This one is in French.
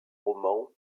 romans